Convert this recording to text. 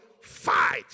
Fight